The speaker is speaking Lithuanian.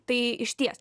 tai išties